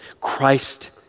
Christ